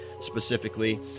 specifically